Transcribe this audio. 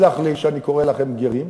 תסלח לי שאני קורא לכם גרים,